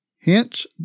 hence